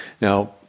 now